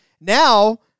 now